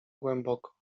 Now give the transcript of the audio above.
głęboko